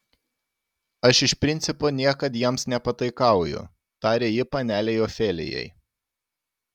aš iš principo niekad jiems nepataikauju tarė ji panelei ofelijai